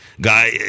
guy